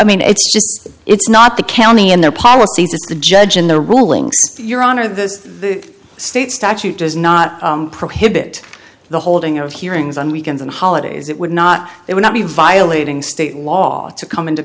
mean it's just it's not the county and their policies it's the judge and the rulings your honor the state statute does not prohibit the holding of hearings on weekends and holidays it would not it would not be violating state law to come into